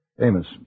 Amos